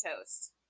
toast